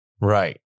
Right